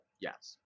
yes